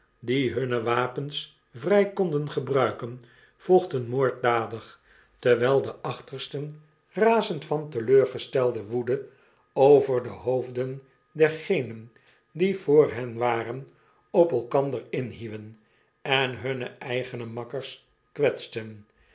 die hunne wapens vrjj konden gebruiken vochten moorddadig terwyl de achtersten razend van teleurgestelde woede over de hoofden dergenen die voor hen waren op elkander inhieuwenen hunne eigene makkers kwetsten